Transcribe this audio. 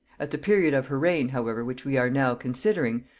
at the period of her reign however which we are now considering,